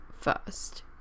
first